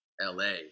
LA